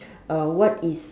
uh what is